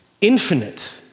infinite